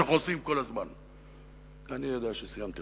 שאנחנו עושים כל הזמן אני יודע שסיימתי,